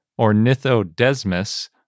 Ornithodesmus